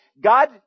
God